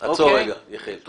טוב, עצור רגע יחיאל.